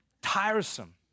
tiresome